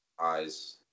eyes